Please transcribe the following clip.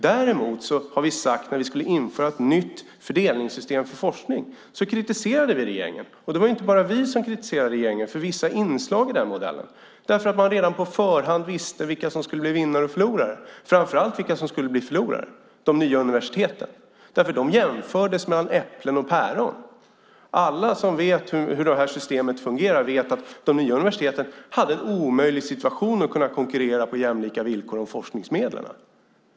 När det skulle införas ett nytt fördelningssystem för forskning kritiserade vi däremot regeringen, och det var inte bara vi som kritiserade regeringen för vissa inslag i den modellen. Man visste ju redan på förhand vilka som skulle bli vinnare och förlorare - framför allt vilka som skulle bli förlorare, det vill säga de nya universiteten. Man jämförde nämligen äpplen och päron. Alla som vet hur det här systemet fungerar vet att de nya universiteten hade en omöjlig situation när det gällde att konkurrera på jämlika villkor om forskningsmedlen.